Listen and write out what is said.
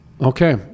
Okay